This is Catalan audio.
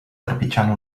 trepitjant